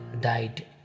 died